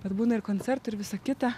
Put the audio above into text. bet būna ir koncertų ir visa kita